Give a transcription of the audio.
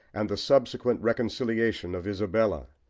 and the subsequent reconciliation of isabella,